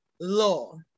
law